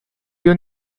you